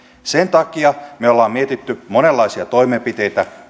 sen takia me olemme miettineet monenlaisia toimenpiteitä